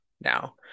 now